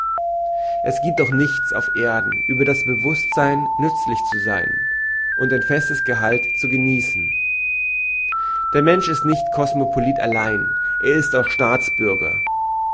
es geht doch nichts auf erden über das bewußtsein nützlich zu sein und einen festen gehalt zu genießen der mensch ist nicht kosmopolit allein er ist auch staatsbürger